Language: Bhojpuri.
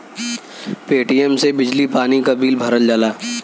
पेटीएम से बिजली पानी क बिल भरल जाला